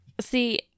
see